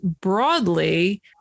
broadly